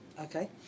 Okay